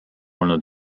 olnud